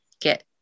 get